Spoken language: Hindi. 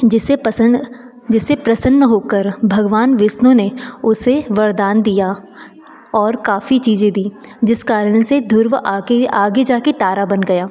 जिससे प्रसन्न जिससे प्रसन्न होकर भगवान विष्णु ने उसे वरदान दिया और काफ़ी चीज़ें दीं जिस कारण से ध्रुव आगे आगे जाकर तारा बन गया